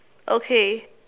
okay